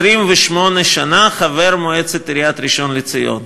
28 שנה היית חבר מועצת העיר ראשון-לציון.